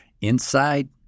inside